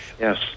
Yes